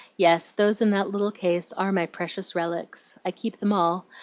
yes, those in that little case are my precious relics. i keep them all,